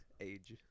age